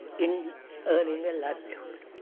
in earning a livelihood.